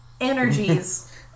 energies